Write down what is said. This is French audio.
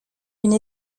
une